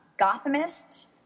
Gothamist